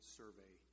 survey